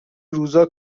روزا